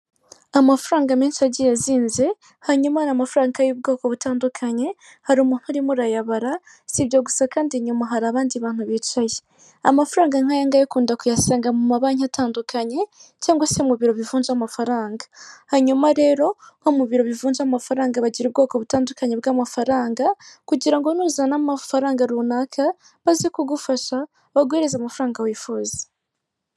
Amafaranga menshi agiye azinze hanyuma hari amafaranga y'ubwoko butandukanye hari umuntu urimo urayabara, si ibyo gusa kandi nyuma hari abandi bantu bicaye. Amafaranga nk'ayangaya akunda kuyasanga mu mabanki atandukanye, cyangwa se mu biro bivunja amafaranga. Hanyuma rero nko mu biro bivunja amafaranga bagira ubwoko butandukanye bw'amafaranga, kugira ngo nuzana amafaranga runaka baze kugufasha baguhereze amafaranga wifuza.